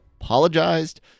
apologized